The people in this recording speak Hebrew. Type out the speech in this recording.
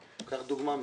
קח דוגמה ממנו.